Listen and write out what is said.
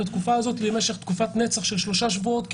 את התקופה הזאת למשך תקופת נצח של שלושה שבועות כמעט,